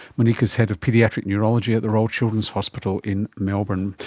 monique is head of paediatric neurology at the royal children's hospital in melbourne.